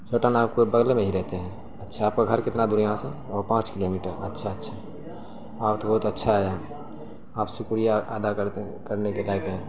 چھوٹانا آپ کے بغل میں ہی رہتے ہیں اچھا آپ کا گھر کتنا دور ہے یہاں سے اوہ پانچ کلو میٹر اچھا اچھا ہاں تو بہت اچھا آیا آپ شکریہ ادا کرتے ہیں کرنے کے لائق ہیں